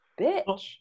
bitch